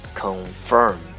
confirm